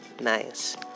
nice